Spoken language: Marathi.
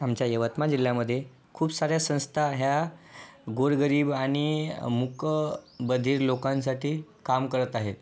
आमच्या यवतमाळ जिल्ह्यामध्ये खूप साऱ्या संस्था ह्या गोरगरीब आणि मूकबधीर लोकांसाठी काम करत आहेत